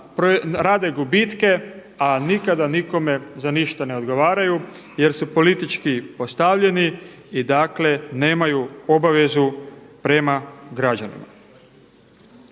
rade gubitke a nikada nikome za ništa ne odgovaraju jer su politički postavljeni i dakle nemaju obavezu prema građanima.